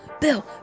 Bill